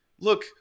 look